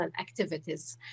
activities